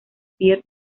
pierre